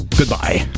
goodbye